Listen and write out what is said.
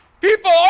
People